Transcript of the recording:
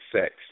sex